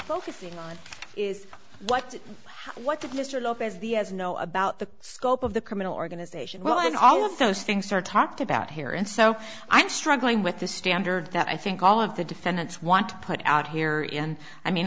focusing on is what what did mr lopez the as know about the scope of the criminal organization well in all of those things are talked about here and so i'm struggling with the standard that i think all of the defendants want to put out here in i mean